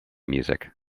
music